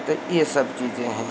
तो यह सब चीज़ें हैं